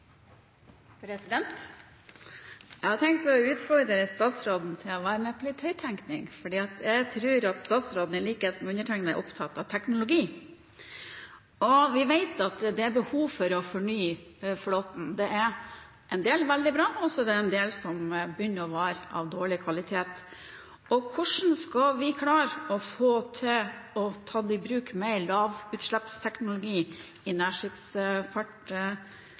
Jeg har tenkt å utfordre statsråden til å være med på litt høyttenkning. Jeg tror at statsråden i likhet med undertegnede er opptatt av teknologi, og vi vet at det er behov for å fornye flåten. En del er veldig bra, og det er en del som begynner å bli av dårlig kvalitet. Hvordan skal vi klare å få til å ta i bruk mer lavutslippsteknologi i